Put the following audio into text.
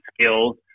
skills